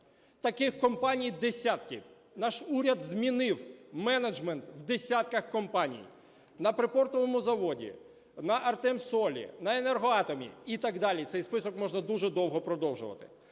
Таких компаній десятки. Наш уряд змінив менеджмент в десятках компаній: на припортовому заводі, на "Артемсолі", на "Енергоатомі" і так далі. Цей список можна дуже довго продовжувати.